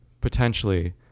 potentially